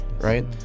right